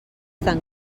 tan